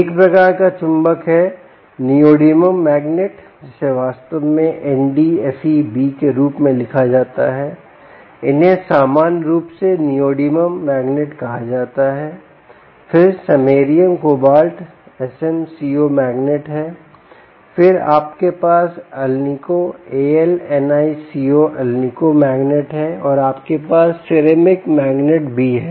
एक प्रकार का चुंबक है नियोडिमियम मैग्नेट जिसे वास्तव में Nd Fe B के रूप में लिखा जाता है इन्हें सामान्य रूप से नियोडिमियम मैग्नेट कहा जाता है फिर samarium cobalt Sm Co magnet हैं फिर आपके पास alnico Al Ni Co alnico magnet है और आपके पास सिरेमिक मैग्नेट भी हैं